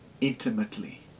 intimately